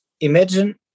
Imagine